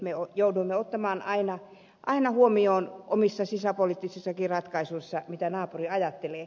me jouduimme ottamaan aina huomioon omissa sisäpoliittisissakin ratkaisuissamme mitä naapuri ajattelee